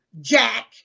Jack